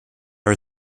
are